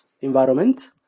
Environment